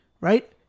Right